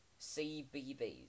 CBBs